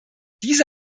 diese